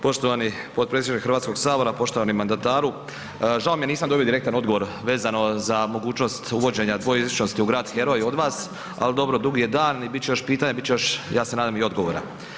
Poštovani potpredsjedniče Hrvatskog sabora, poštovani mandataru, žao mi je jer nisam dobio direktan odgovor vezano za mogućnost uvođenja dvojezičnosti u grad heroj od vas, ali dobro, dug je dan i bit će još pitanja, bit će još, aj se nadam i odgovora.